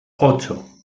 ocho